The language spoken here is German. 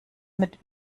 mit